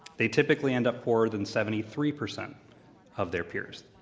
they typically end up poorer than seventy three percent of their peers.